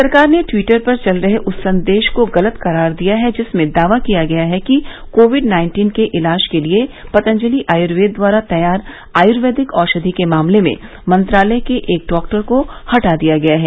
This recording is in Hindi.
सरकार ने ट्वीटर पर चल रहे उस संदेश को गलत करार दिया है जिसमें दावा किया गया है कि कोविड नाइन्टीन के इलाज के लिए पतंजलि आयुर्वेद द्वारा तैयार आयुर्वेदिक औषधि के मामले में मंत्रालय के एक डॉक्टर को हटा दिया गया है